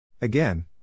Again